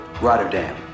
Rotterdam